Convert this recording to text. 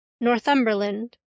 northumberland